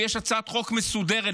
ויש הצעת חוק מסודרת,